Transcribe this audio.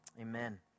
amen